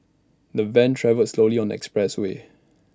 the van travelled slowly on the expressway